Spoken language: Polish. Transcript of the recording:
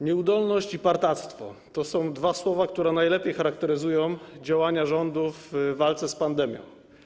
Nieudolność” i „partactwo” - to są dwa słowa, które najlepiej charakteryzują działania rządu w walce z pandemią.